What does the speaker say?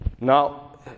Now